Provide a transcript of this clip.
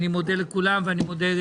הצבעה בעד